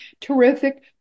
terrific